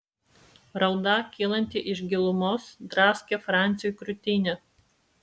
rauda kylanti iš gilumos draskė franciui krūtinę